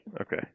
Okay